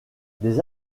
des